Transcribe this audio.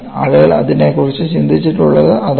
ആളുകൾ അതിനെക്കുറിച്ച് ചിന്തിച്ചിട്ടുള്ളത് അതാണ്